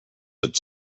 its